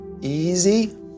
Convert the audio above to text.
easy